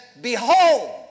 behold